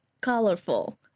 colorful